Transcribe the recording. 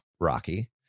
rocky